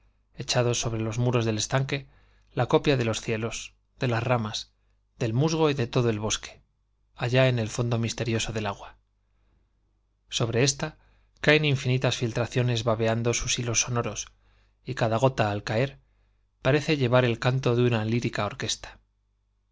echados sobre los muros ponen á mirar los rapaces dl estanque la copia de cielos de las ramas del de todo el bosque allá en el fondo miste musgo y rioso del agua sobre ésta caen infinitas filtraciones babeando sus hilos sonoros y cada gota al caer parece llevar el canto de una lírica orquesta